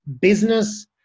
business